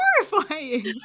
horrifying